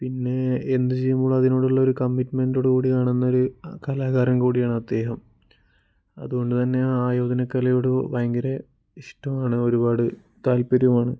പിന്നെ എന്തു ചെയ്യുമ്പോഴും അതിനോടുള്ളൊരു കമിറ്റ്മെൻ്റോടുകൂടി കാണൂന്നൊരു കലാകാരൻ കൂടിയാണദ്ദേഹം അതുകൊണ്ടുതന്നെ ആയോധനകലയോട് ഭയങ്കര ഇഷ്ടമാണ് ഒരുപാട് താല്പര്യവുമാണ്